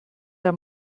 der